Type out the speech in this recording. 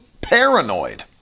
paranoid